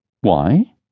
Why